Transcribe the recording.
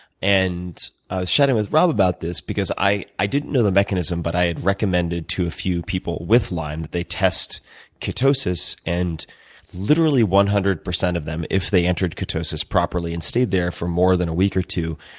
and i was chatting with robb about this because i i didn't know the mechanism, but i had recommended to a few people with lyme that they test ketosis. and literally one hundred percent of them, if they entered ketosis properly and stayed there for more than a week or two,